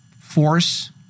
force